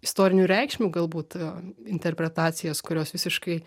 istorinių reikšmių galbūt interpretacijas kurios visiškai